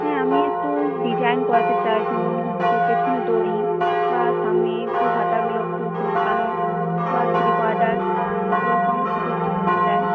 হ্যাঁ আমি একটু ডিজাইন করাতে চাই যেমন হচ্ছে পেছনে দড়ি বা সামনে একটু হাতাগুলো একটু কুঁচকানো বা থ্রি কোয়ার্টার এরকম কিছু একটা করতে চাই